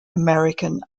american